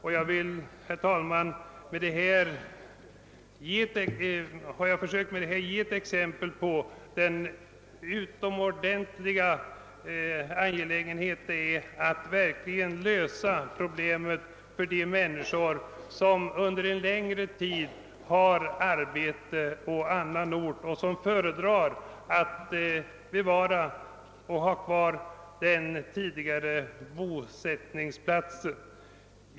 Jag har, herr talman, med det sagda försökt ge exempel på hur angeläget det är att man löser dessa problem för de människor som under en längre tid har arbete på annan ort och som före drar att behålla sin tidigare bosättningsplats.